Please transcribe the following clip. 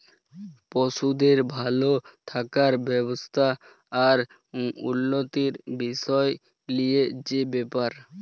পশুদের ভাল থাকার ব্যবস্থা আর উল্যতির বিসয় লিয়ে যে ব্যাপার